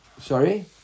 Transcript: Sorry